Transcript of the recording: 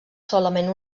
solament